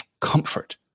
comfort